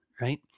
right